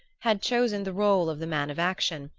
had chosen the role of the man of action,